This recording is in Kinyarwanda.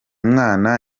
mwana